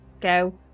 go